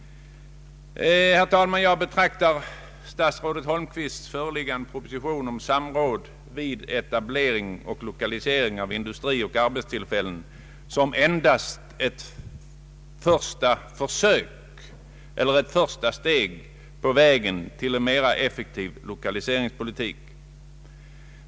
Jag betraktar statsrådet Holmqvists föreliggande proposition om samråd vid etablering och lokalisering av industrier och arbetstillfällen som endast ett första steg på vägen till en mera effektiv lokaliseringspolitik.